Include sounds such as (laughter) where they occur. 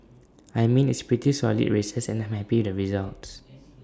I mean it's pretty solid races and I'm happy the results (noise)